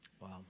Wow